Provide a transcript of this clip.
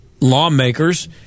lawmakers